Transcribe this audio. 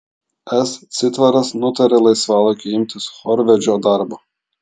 s citvaras nutarė laisvalaikiu imtis chorvedžio darbo